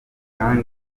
kandi